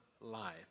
life